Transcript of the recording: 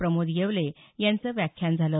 प्रमोद येवले यांचं व्याख्यान झालं